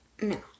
No